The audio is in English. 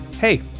Hey